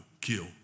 kill